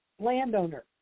landowner